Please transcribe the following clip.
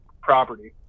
property